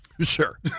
Sure